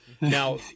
Now